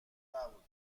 نبود